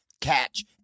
Catch